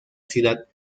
ciudad